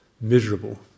Miserable